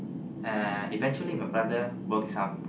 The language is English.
uh eventually my brother broke his arm